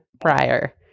prior